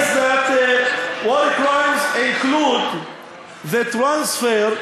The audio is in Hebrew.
says that war crimes include the transfer,